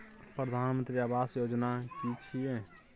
प्रधानमंत्री आवास योजना कि छिए?